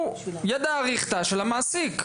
הוא ידו הארוכה של המעסיק.